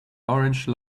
orange